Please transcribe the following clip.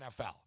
NFL